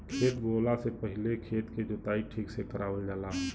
खेत बोवला से पहिले खेत के जोताई ठीक से करावल जाला